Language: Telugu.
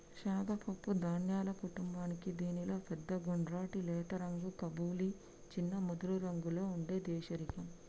శనగలు పప్పు ధాన్యాల కుటుంబానికీ దీనిలో పెద్ద గుండ్రటి లేత రంగు కబూలి, చిన్న ముదురురంగులో ఉండే దేశిరకం